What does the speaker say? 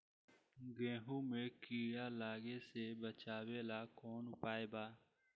गेहूँ मे कीड़ा लागे से बचावेला कौन उपाय बा?